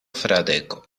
fradeko